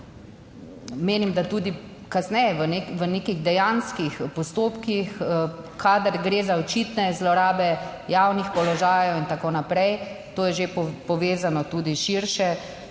menim, da tudi kasneje v nekih dejanskih postopkih, kadar gre za očitne zlorabe javnih položajev in tako naprej, to je že povezano tudi širše